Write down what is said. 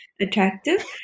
attractive